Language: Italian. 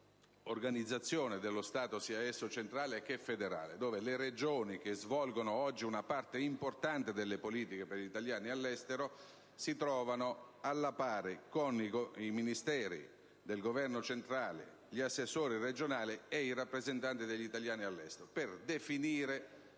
di una organizzazione dello Stato, sia esso centrale che federale, in cui le Regioni, che svolgono una parte importante delle politiche degli italiani all'estero, in posizione paritaria con i Ministeri del Governo centrale, gli assessori regionali ed i rappresentanti degli italiani all'estero, definiscono